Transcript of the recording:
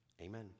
Amen